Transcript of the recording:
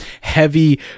heavy